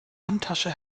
handtasche